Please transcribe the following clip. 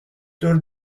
tour